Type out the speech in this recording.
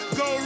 go